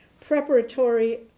preparatory